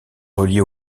reliée